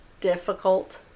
difficult